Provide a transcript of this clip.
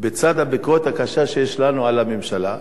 בצד הביקורת הקשה שיש לנו על הממשלה,